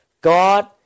God